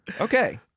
okay